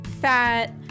fat